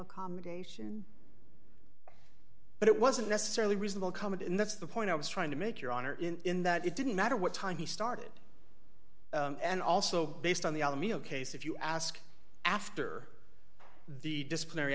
accommodation but it wasn't necessarily reasonable comment and that's the point i was trying to make your honor in in that it didn't matter what time he started and also based on the case if you ask after the disciplinary